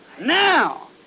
Now